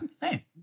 Hey